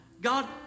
God